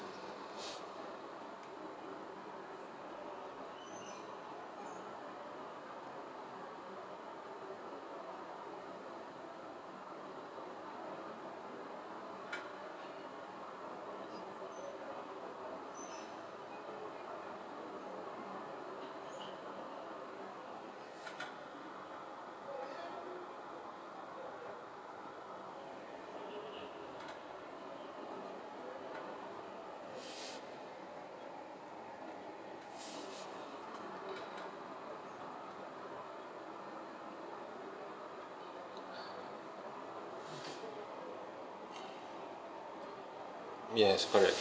yes correct